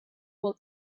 would